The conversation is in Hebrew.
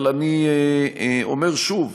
אבל אני אומר שוב: